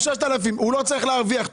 6,000. הוא לא צריך להרוויח,